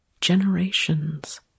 generations